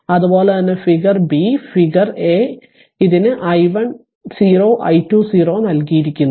അതുപോലെ തന്നെ figure B figure A ഇതിന് i1 0 i2 0 നൽകിയിരിക്കുന്നു